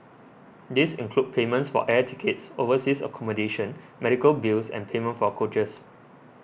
these include payments for air tickets overseas accommodation medical bills and payment for coaches